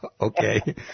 Okay